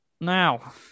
Now